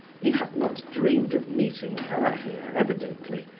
he had not dreamed of meeting her here, evidently,